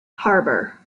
harbour